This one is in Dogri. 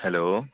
हैलो